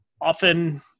often